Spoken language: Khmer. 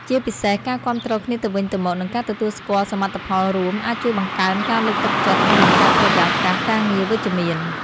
ជាពិសេសការគាំទ្រគ្នាទៅវិញទៅមក និងការទទួលស្គាល់សមិទ្ធផលរួម អាចជួយបង្កើនការលើកទឹកចិត្ត និងបង្កើតបរិយាកាសការងារវិជ្ជមាន។